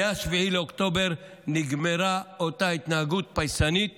מ-7 באוקטובר נגמרה אותה התנהגות פייסנית